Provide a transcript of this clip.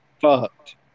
fucked